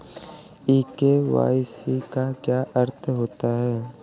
ई KYC का क्या अर्थ होता है?